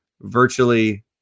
virtually